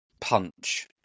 punch